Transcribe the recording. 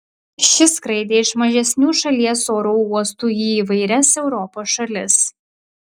ši skraidė iš mažesnių šalies oro uostų į įvairias europos šalis